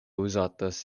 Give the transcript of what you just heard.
uzatas